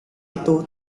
itu